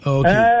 okay